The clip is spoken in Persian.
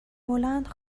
بلند